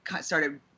started